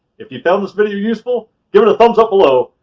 if you found this video useful give it a thumbs up below,